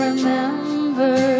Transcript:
Remember